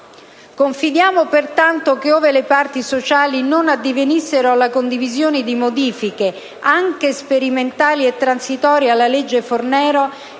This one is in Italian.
Confidiamo pertanto che, ove le parti sociali non addivenissero alla condivisione di modifiche, anche sperimentali e transitorie, alla legge Fornero,